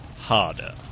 harder